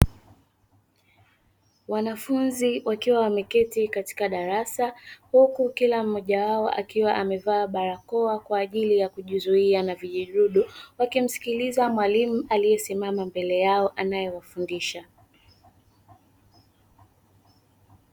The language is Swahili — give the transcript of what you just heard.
Wanafunzi wakiwa wameketi katika darasa huku kila mmoja wao akiwa amevaa barakoa kwa ajili ya kujizuia na vijidudu, wakimsikiliza mwalimu aliyesimama mbele yao anayowafundisha.